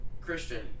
Christian